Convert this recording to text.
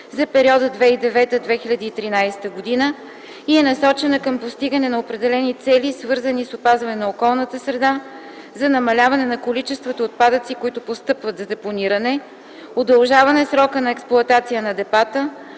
за периода 2009-2013 г. и е насочена към постигане на определени цели, свързани с опазване на околната среда за намаляване на количествата отпадъци, които постъпват за депониране; удължаване срока на експлоатация на депата;